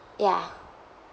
ya